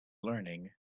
learning